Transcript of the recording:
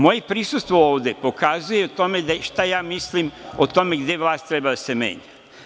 Moje prisustvo ovde pokazuje o tome šta ja mislim o tome gde vlast treba da se menja.